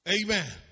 Amen